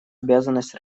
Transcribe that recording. обязанность